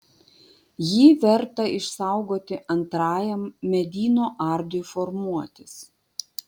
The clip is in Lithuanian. jį verta išsaugoti antrajam medyno ardui formuotis